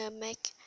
make